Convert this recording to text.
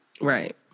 Right